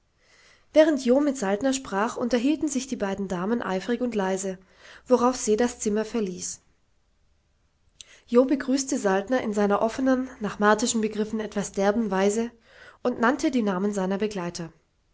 während jo mit saltner sprach unterhielten sich die beiden damen eifrig und leise worauf se das zimmer verließ jo begrüßte saltner in seiner offenen nach martischen begriffen etwas derben weise und nannte die namen seiner begleiter